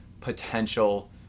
potential